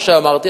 מה שאמרתי,